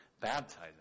baptizing